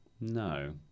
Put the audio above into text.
no